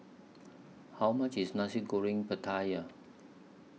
How much IS Nasi Goreng Pattaya